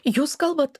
jūs kalbat